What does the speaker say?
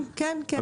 כן, כן.